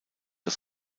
aus